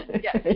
Yes